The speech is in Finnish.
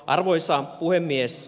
arvoisa puhemies